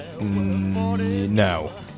No